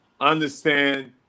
understand